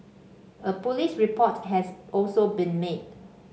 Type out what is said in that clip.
a police report has also been made